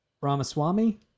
Ramaswamy